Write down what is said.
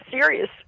serious